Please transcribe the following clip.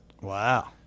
Wow